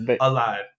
alive